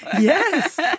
Yes